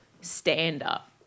stand-up